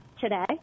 today